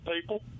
people